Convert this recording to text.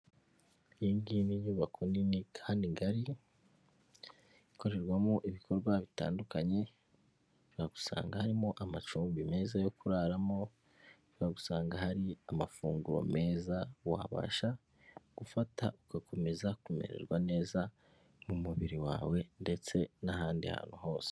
Iyi ngiyi ni inyubako nini kandi ngari, ikorerwamo ibikorwa bitandukanye, ushobora gusanga harimo amacumbi meza yo kuraramo, ushobora gusanga hari amafunguro meza wabasha gufata ugakomeza kumererwa neza mu mubiri wawe ndetse n'ahandi hantu hose.